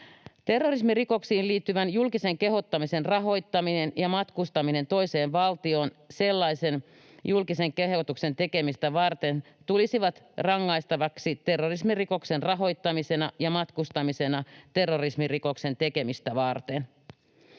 Terrorismirikoksiin liittyvän julkisen kehottamisen rahoittaminen ja matkustaminen toiseen valtioon sellaisen julkisen kehotuksen tekemistä varten tulisivat rangaistavaksi terrorismirikoksen rahoittamisena ja matkustamisena terrorismirikoksen tekemistä varten.